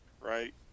right